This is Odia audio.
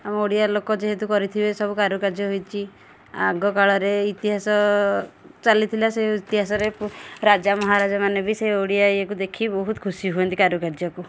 ଆମ ଓଡ଼ିଆ ଲୋକ ଯେହେତୁ କରିଥିବେ ସବୁ କାରୁକାର୍ଯ୍ୟ ହୋଇଛି ଆଗ କାଳରେ ଇତିହାସ ଚାଲିଥିଲା ସେ ଇତିହାସରେ ରାଜା ମହାରାଜାମାନେ ବି ସେ ଓଡ଼ିଆ ଇଏକୁ ଦେଖି ବହୁତ ଖୁସି ହୁଅନ୍ତି କାରୁକାର୍ଯ୍ୟକୁ